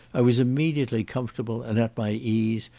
i was immediately comfortable, and at my ease,